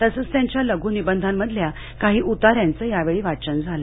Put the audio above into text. तसंच त्यांच्या लघूनिबंधामधले काही उताऱ्यांचं यावेळी वाचन झालं